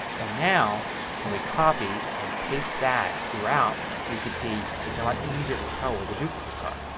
and now when we copy and paste that throughout we could see it's like easier to tell where the duplicates are.